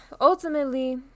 ultimately